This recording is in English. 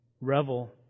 revel